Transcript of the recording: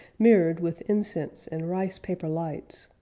mirrored with incense and rice-paper lights,